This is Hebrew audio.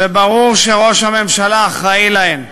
איזה שנה הדוח, וברור שראש הממשלה אחראי להן,